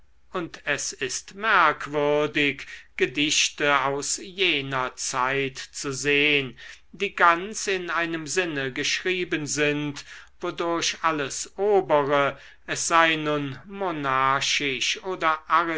und es ist merkwürdig gedichte aus jener zeit zu sehn die ganz in einem sinne geschrieben sind wodurch alles obere es sei nun monarchisch oder